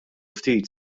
ftit